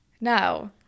No